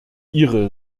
ihre